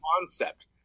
concept